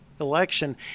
election